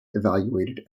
evaluated